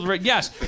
yes